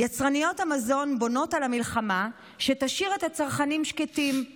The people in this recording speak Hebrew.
"יצרניות המזון בונות על המלחמה שתשאיר את הצרכנים שקטים";